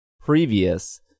previous